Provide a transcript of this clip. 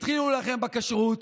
התחילו להילחם בכשרות,